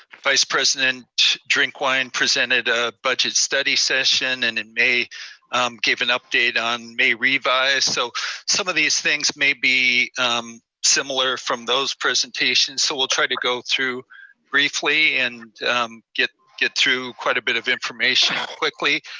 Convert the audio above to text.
vice president drinkwine presented a budget study session, and in may gave an update may revise. so some of these things may be similar from those presentations. so we'll try to go through briefly, and get get through quite a bit of information quickly.